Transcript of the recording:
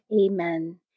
Amen